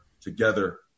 together